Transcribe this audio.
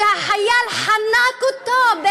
שהחייל חנק אותו,